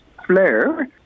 flare